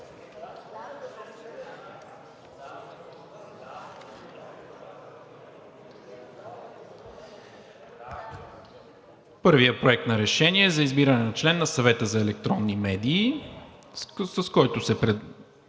Първият проект за решение за избиране на член на Съвета за електронни медии, с който се предлага